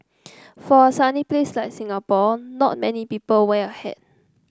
for a sunny place like Singapore not many people wear a hat